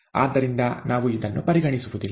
ಆದ್ದರಿಂದ ನಾವು ಇದನ್ನು ಪರಿಗಣಿಸುವುದಿಲ್ಲ